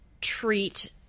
treat